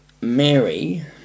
Mary